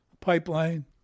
Pipeline